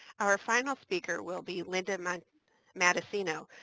our final speaker will be linda um and matessino,